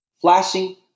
flashing